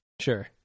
Sure